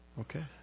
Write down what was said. okay